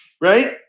right